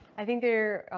i think there,